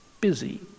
busy